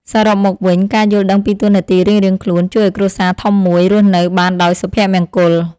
សរុបមកវិញ ការយល់ដឹងពីតួនាទីរៀងៗខ្លួនជួយឱ្យគ្រួសារធំមួយរស់នៅបានដោយសុភមង្គល។